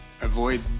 avoid